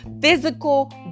physical